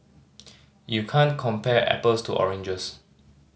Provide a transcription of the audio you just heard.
you can't compare apples to oranges